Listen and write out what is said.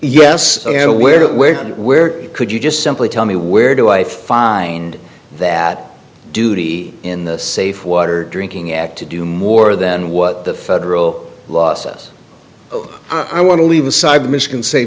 and where where where could you just simply tell me where do i find that duty in the safe water drinking act to do more than what the federal law says of i want to leave aside the michigan sa